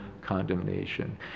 condemnation